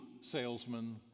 salesman